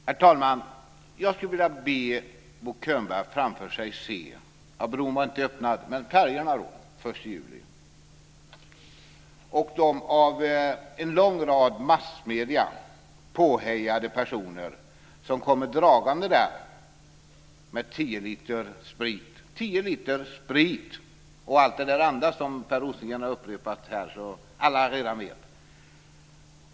Herr talman! Jag skulle vilja be Bo Könberg att framför sig se, ja, bron har inte öppnat, men färjorna går den 1 juli, de av en lång rad massmedier påhejade personer som kommer dragande med 10 liter sprit och allt det andra som Per Rosengren har upprepat så att alla redan vet.